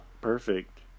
Perfect